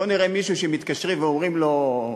בואו נראה מישהו שמתקשרים ואומרים לו: